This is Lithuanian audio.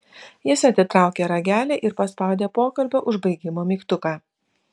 jis atitraukė ragelį ir paspaudė pokalbio užbaigimo mygtuką